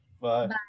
Bye